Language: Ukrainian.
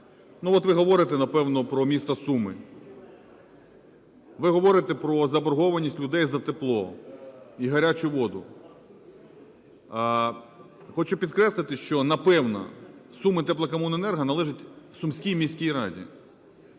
ви говорите напевно про місто Суми. Ви говорите про заборгованість людей за тепло і гарячу воду. Хочу підкреслити, що, напевно, "Сумитеплокомуненерго" належить Сумській міській раді.